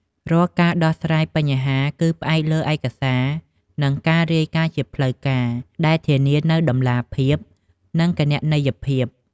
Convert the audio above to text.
រាល់ការដោះស្រាយបញ្ហាគឺ ផ្អែកលើឯកសារ និងការរាយការណ៍ជាផ្លូវការ ដែលធានានូវតម្លាភាព និងគណនេយ្យភាព។